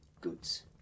goods